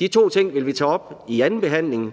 De to ting vil vi tage op i udvalgsbehandlingen